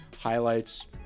highlights